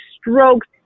strokes